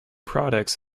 products